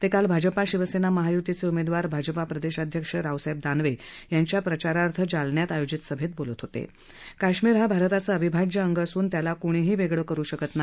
मेक्रिल भाजपा शिवसत्त्वी महायुतीच उमिद्वार भाजपा प्रदर्शाध्यक्ष रावसाहह्य दानवव्यांच्या प्रचारार्थ जालन्यात आयोजित सभा बोलत होत काश्मीर हा भारताचं अविभाज्य अंग असून त्याला कूणीही वक्रि करू शकत नाही